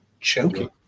choking